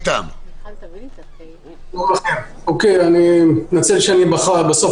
אני מתנצל שאני בסוף,